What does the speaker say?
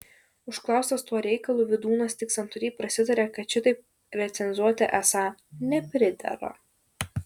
užklaustas tuo reikalu vydūnas tik santūriai prasitarė kad šitaip recenzuoti esą nepridera